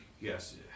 Yes